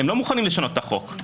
הם לא מוכנים לשנות את החוק.